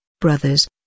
brothers